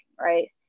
right